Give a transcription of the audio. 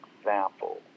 example